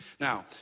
Now